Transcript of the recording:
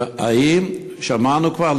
האם שמענו כבר,